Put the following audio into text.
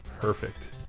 Perfect